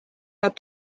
nad